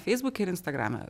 feisbuke ir instagrame